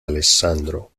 alessandro